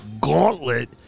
gauntlet